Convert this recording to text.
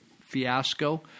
fiasco